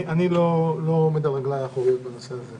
אני לא עומד על רגלי האחוריות בנושא הזה.